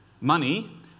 Money